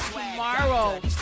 tomorrow